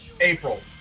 April